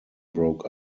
broke